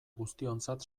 guztiontzat